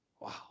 Wow